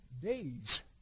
days